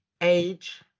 age